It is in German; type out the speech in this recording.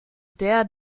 der